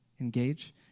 engage